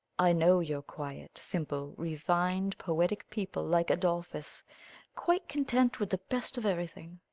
i know your quiet, simple, refined, poetic people like adolphus quite content with the best of everything!